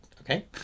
Okay